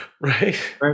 right